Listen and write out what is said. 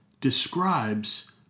describes